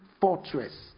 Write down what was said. Fortress